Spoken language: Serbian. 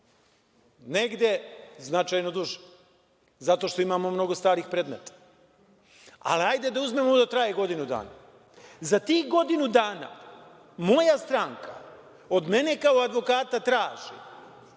Negde značajno duže, zato što imamo mnogo starih predmeta. Ali, hajde da uzmemo da traje godinu dana. Za tih godinu dana moja stranka od mene kao advokata traži